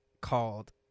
called